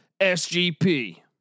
SGP